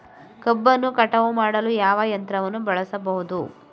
ಕಬ್ಬನ್ನು ಕಟಾವು ಮಾಡಲು ಯಾವ ಯಂತ್ರವನ್ನು ಬಳಸಬಹುದು?